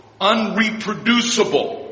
unreproducible